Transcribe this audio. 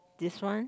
this one